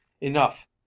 Enough